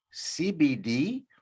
CBD